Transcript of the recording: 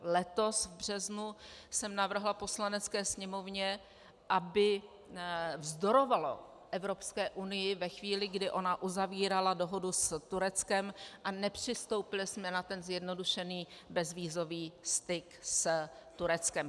Letos v březnu jsem navrhla Poslanecké sněmovně, aby vzdorovala Evropské unii ve chvíli, kdy ona uzavírala dohodu s Tureckem, a nepřistoupili jsme na ten zjednodušený bezvízový styk s Tureckem.